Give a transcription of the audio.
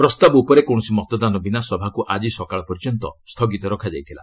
ପ୍ରସ୍ତାବ ଉପରେ କୌଣସି ମତଦାନ ବିନା ସଭାକୁ ଆଜି ସକାଳ ପର୍ଯ୍ୟନ୍ତ ସ୍ଥଗିତ ରଖାଯାଇଥିଲା